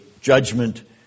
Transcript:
judgment